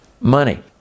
money